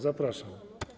Zapraszam.